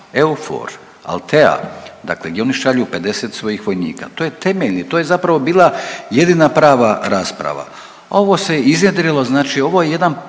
EUFOR Althea, dakle gdje oni šalju 50 svojih vojnika. To je temeljni, to je zapravo bila jedina prava rasprava. A ovo se iznjedrilo znači, ovo je jedan